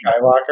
Skywalker